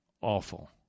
awful